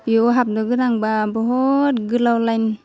बेयाव हाबनो गोनांबा बुहुथ गोलाव लाइन